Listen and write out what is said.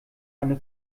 eine